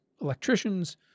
electricians